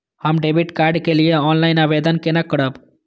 हम debit card के लिए ऑनलाइन आवेदन केना करब?